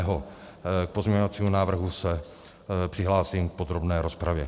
K pozměňovacímu návrhu se přihlásím v podrobné rozpravě.